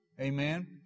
Amen